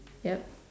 yup